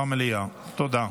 אפשר לקבל שקט במליאה, בבקשה?